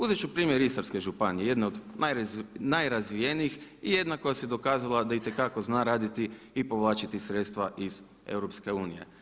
Uzet ću primjer Istarske županije jedne od najrazvijenijih i jedne koja se dokazala da itekako zna raditi i povlačiti sredstva iz EU.